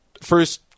First